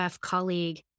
colleague